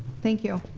thank you.